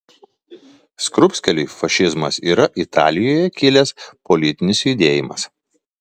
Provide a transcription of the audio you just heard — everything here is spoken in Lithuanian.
skrupskeliui fašizmas yra italijoje kilęs politinis judėjimas